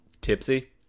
tipsy